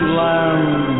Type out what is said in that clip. land